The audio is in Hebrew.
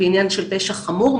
בעניין של פשע חמור,